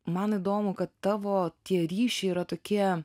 man įdomu kad tavo tie ryšiai yra tokie